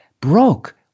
broke